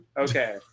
Okay